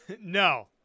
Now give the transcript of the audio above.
no